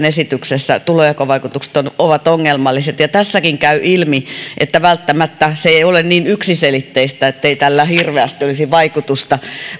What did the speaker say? esityksessä tulonjakovaikutukset ovat ongelmalliset ja tässäkin käy ilmi että välttämättä se ei ole niin yksiselitteistä ettei tällä hirveästi olisi vaikutusta